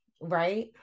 right